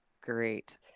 great